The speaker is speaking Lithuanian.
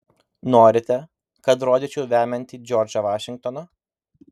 norite kad rodyčiau vemiantį džordžą vašingtoną